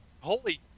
Holy